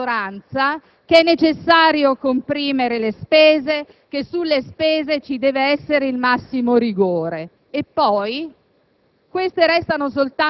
dalla ex maggioranza che è necessario comprimere le spese, che sulle spese ci deve essere il massimo rigore e poi